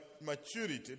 maturity